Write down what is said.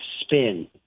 spin